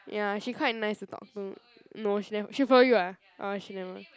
ya she quite nice to talk to no she never she follow you ah oh she never